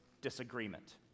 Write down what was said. disagreement